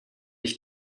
ich